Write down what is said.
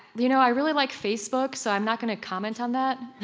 you know, i really like facebook so i'm not going to comment on that